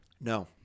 No